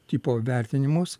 tipo vertinimus